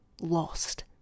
lost